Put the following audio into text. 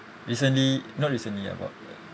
recently not recently ah about a